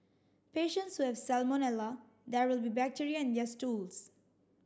patients who have salmonella there will be bacteria in yet stools